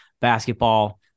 basketball